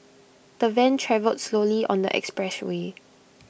the van travelled slowly on the expressway